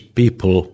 people